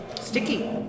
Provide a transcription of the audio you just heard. Sticky